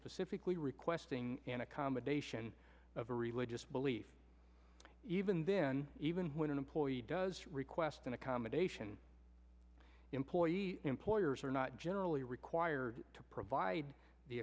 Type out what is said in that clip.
specifically requesting an accommodation of a religious belief even then even when an employee does request an accommodation employee's employers are not generally required to provide the